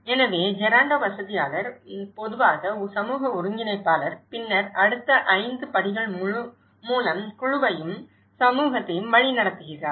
எனவே ஜெராண்டோ வசதியாளர் பொதுவாக சமூக ஒருங்கிணைப்பாளர் பின்னர் அடுத்த 5 படிகள் மூலம் குழுவையும் சமூகத்தையும் வழிநடத்துகிறார்